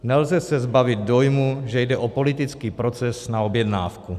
Nelze se zbavit dojmu, že jde o politický proces na objednávku.